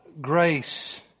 grace